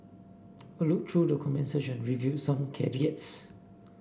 a look through the comments section revealed some caveats